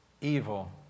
evil